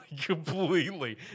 completely